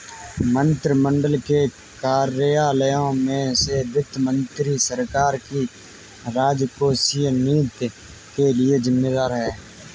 मंत्रिमंडल के कार्यालयों में से वित्त मंत्री सरकार की राजकोषीय नीति के लिए जिम्मेदार है